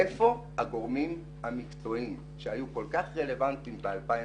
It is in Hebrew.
איפה הגורמים המקצועיים שהיו כל כך רלוונטיים ב-2017?